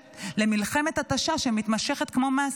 למלחמת התשה שמתמשכת כמו מסטיק.